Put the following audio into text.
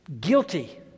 guilty